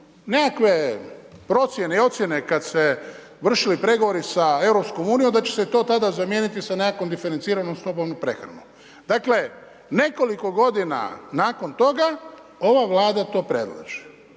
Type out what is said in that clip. nekakve procjene i ocjene kad su se vršili pregovori sa EU-om da će se to tada zamijeniti sa nekakvom diferenciranom stopom i prehranom. Dakle, nekoliko godina nakon toga, ova Vlada to predloži.